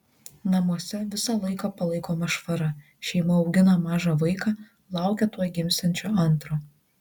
namuose visą laiką palaikoma švara šeima augina mažą vaiką laukia tuoj gimsiančio antro